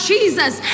Jesus